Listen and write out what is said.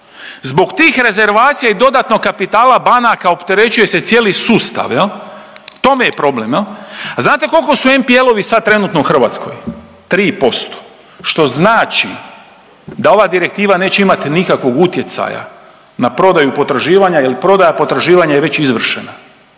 zbog tih rezervacija i dodatnog kapitala banaka opterećuje se cijeli sustava jel, u tome je problem jel. A znate li koliko NPL-ovi sad trenutno u Hrvatskoj? 3%, što znači da ova direktiva neće imati nikakvog utjecaja na prodaju potraživanja jer prodaja potraživanja je već izvršena.